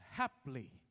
Happily